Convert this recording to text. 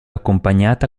accompagnata